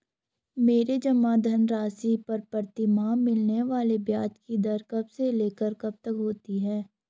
मेरे जमा धन राशि पर प्रतिमाह मिलने वाले ब्याज की दर कब से लेकर कब तक होती है?